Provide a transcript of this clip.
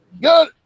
Good